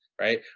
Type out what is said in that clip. right